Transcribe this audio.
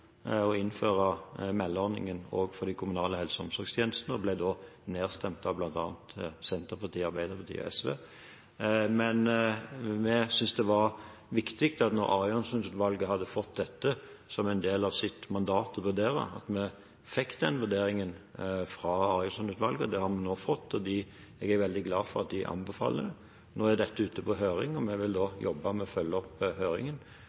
å innføre meldeordningen også for de kommunale helse- og omsorgstjenestene. Det ble da nedstemt av Senterpartiet, Arbeiderpartiet og SV. Men vi synes det var viktig at vi, når Arianson-utvalget hadde fått dette som en del av sitt mandat å vurdere, fikk den vurderingen fra Arianson-utvalget. Det har vi nå fått, og jeg er veldig glad for at de anbefaler det. Nå er dette ute på høring, og vi vil da jobbe med å følge opp høringen.